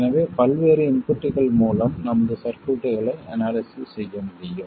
எனவே பல்வேறு இன்புட்கள் மூலம் நமது சர்க்யூட்களை அனாலிசிஸ் செய்ய முடியும்